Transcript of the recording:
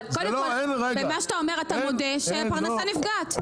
אז קודם כל במה שאתה אומר אתה מודה שהפרנסה נפגעת.